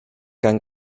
gan